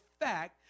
fact